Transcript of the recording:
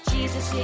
Jesus